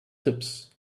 tips